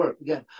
again